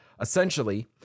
essentially